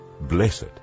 Blessed